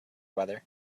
weather